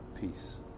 Peace